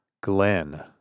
Glenn